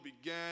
began